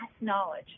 knowledge